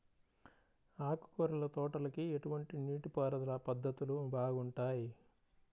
ఆకుకూరల తోటలకి ఎటువంటి నీటిపారుదల పద్ధతులు బాగుంటాయ్?